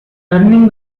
turning